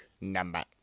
Number